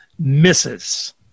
misses